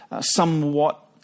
somewhat